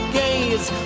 gaze